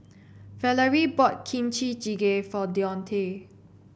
Valorie bought Kimchi Jjigae for Deontae